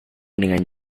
dengan